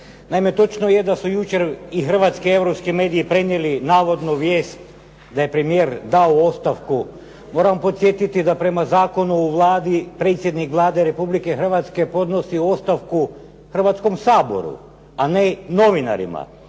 Naime točno je da su jučer i hrvatski i europski mediji prenijeli navodu vijest da je premije dao ostavku. Moramo podsjetiti da prema Zakonu o Vladi, predsjednik Vlade Republike Hrvatske podnosi ostavku Hrvatskom saboru, a ne novinarima.